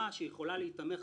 לא יסתיים היום.